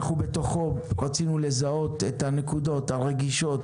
בתוכו רצינו לזהות את הנקודות הרגישות,